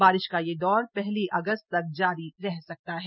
बारिश का यह दौर पहली अगस्त तक जारी रह सकता है